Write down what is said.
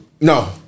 No